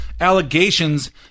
allegations